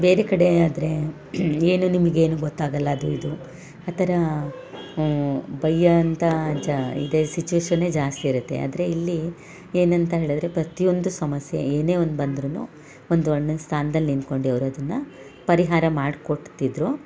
ಬೇರೆ ಕಡೆ ಆದರೆ ಏನು ನಿಮ್ಗೆ ಏನೂ ಗೊತ್ತಾಗೋಲ್ಲ ಅದು ಇದು ಆ ಥರ ಬಯ್ಯೋ ಅಂಥ ಜಾ ಇದೇ ಸಿಚುವೇಶನ್ನೇ ಜಾಸ್ತಿ ಇರುತ್ತೆ ಆದರೆ ಇಲ್ಲಿ ಏನಂತ ಹೇಳಿದ್ರೆ ಪ್ರತಿಯೊಂದು ಸಮಸ್ಯೆ ಏನೇ ಒಂದು ಬಂದ್ರೂ ಒಂದು ಅಣ್ಣನ ಸ್ಥಾನ್ದಲ್ಲಿ ನಿಂತ್ಕೊಂಡು ಅವ್ರು ಅದನ್ನು ಪರಿಹಾರ ಮಾಡಿಕೊಡ್ತಿದ್ರು